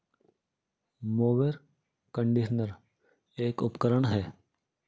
mower conditioner एक उपकरण है